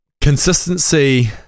consistency